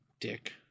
Dick